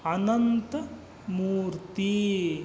ಅನಂತ ಮೂರ್ತಿ